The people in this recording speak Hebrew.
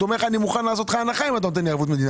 הוא אומר לך אני מוכן לעשות לך הנחה אם אתה נותן לי ערבות מדינה.